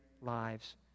lives